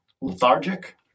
lethargic